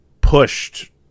pushed